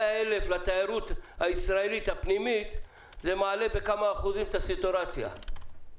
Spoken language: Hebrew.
100,000 לתיירות הישראלית הפנימית זה מעלה בכמה אחוזים את הסטורציה.